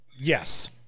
Yes